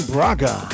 Braga